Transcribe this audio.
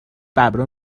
ببرا